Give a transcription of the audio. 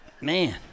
Man